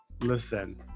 listen